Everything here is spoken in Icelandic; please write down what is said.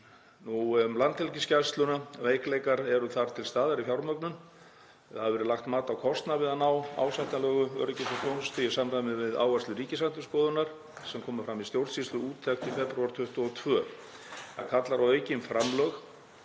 Um Landhelgisgæsluna. Veikleikar eru þar til staðar í fjármögnun. Það hefur verið lagt mat á kostnað við að ná ásættanlegu öryggis- og þjónustustigi í samræmi við áherslur Ríkisendurskoðunar sem komu fram í stjórnsýsluúttekt í febrúar 2022. Það kallar á aukin framlög,